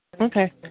Okay